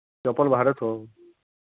ଚପଲ୍ ବାହାରେ ଥୋ